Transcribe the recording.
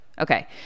Okay